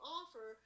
offer